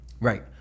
Right